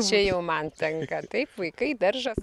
čia jau man tenka taip vaikai daržas